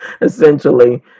essentially